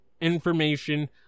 information